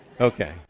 okay